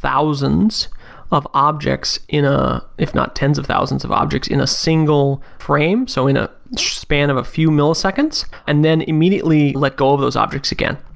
thousands of objects in a if not, tens of thousands of objects in a single frame so in a span of a few milliseconds and then immediately let go of those objects again.